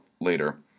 later